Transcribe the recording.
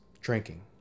drinking